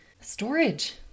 Storage